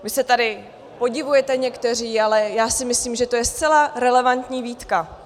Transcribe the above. Vy se tady podivujete někteří, ale já si myslím, že je to zcela relevantní výtka.